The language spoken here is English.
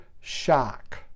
shock